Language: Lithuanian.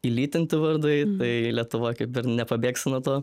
įlytinti vardai tai lietuvoj kaip ir nepabėgsi nuo to